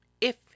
If